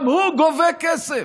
גם הוא גובה כסף.